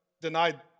denied